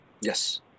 Yes